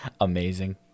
Amazing